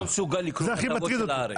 אני לא מסוגל לקרוא את הכתבות ב"הארץ".